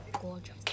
Gorgeous